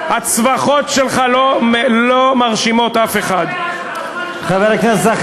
לא מסוגלים, הרי זאת